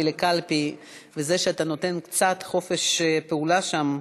לקלפי וזה שאתה נותן קצת חופש פעולה שם,